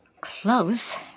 Close